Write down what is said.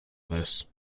this